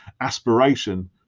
aspiration